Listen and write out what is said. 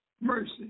mercy